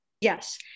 Yes